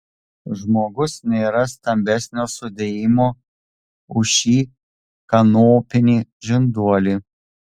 žmogus nėra stambesnio sudėjimo už šį kanopinį žinduolį